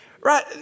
Right